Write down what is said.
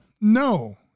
no